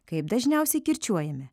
kaip dažniausiai kirčiuojame